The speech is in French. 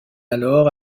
alors